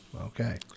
okay